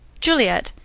juliet,